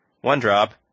one-drop